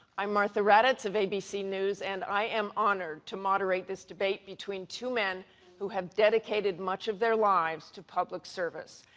i'm martha raddatz of abc news, and i am honored to moderate this debate between two men who have dedicated much of their lives to public service.